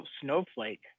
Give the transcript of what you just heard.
snowflake